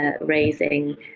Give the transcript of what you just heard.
raising